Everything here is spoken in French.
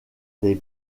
des